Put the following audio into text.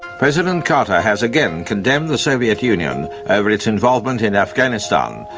president carter has again condemned the soviet union over its involvement in afghanistan,